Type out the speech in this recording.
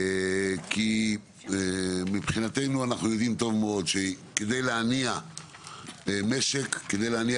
כי מבחינתנו אנחנו יודעים טוב מאוד שכדי להניע משק וכדי להניע